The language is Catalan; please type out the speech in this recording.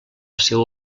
seua